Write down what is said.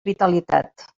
vitalitat